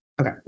Okay